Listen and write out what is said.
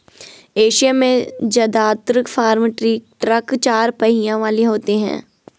Asia में जदात्र farm truck चार पहियों वाले होते हैं